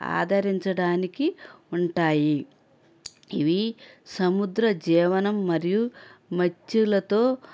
ఆదరించడానికి ఉంటాయి ఇవి సముద్ర జీవనం మరియు మత్యులతో